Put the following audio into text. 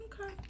Okay